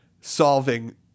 solving